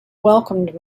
welcomed